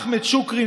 אחמד שוקיירי,